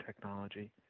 technology